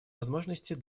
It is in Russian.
возможностей